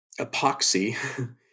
epoxy